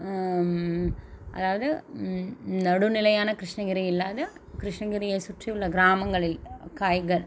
அதாவது நடுநிலையான கிருஷ்ணகிரி இல்லாத கிருஷ்ணகிரியை சுற்றியுள்ள கிராமங்களில் காய்கள்